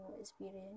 experience